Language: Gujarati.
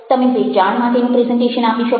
તમે વેચાણ માટેનું પ્રેઝન્ટેશન આપી શકો